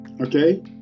Okay